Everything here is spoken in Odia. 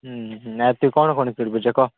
ହଁ ହୁଁ ଆଉ ତୁ କ'ଣ କ'ଣ କରିବୁ ଯେ କହ